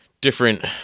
different